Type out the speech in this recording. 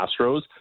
astros